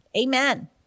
amen